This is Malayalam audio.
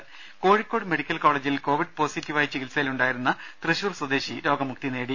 രുര കോഴിക്കോട് മെഡിക്കൽ കോളേജിൽ കോവിഡ് പോസിറ്റീവായി ചികിത്സയിലുണ്ടായിരുന്ന തൃശൂർ സ്വദേശി രോഗമുക്തി നേടി